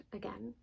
again